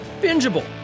bingeable